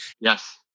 Yes